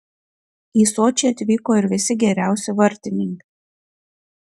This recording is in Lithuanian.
į sočį atvyko ir visi geriausi vartininkai